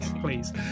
Please